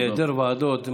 בהיעדר ועדות,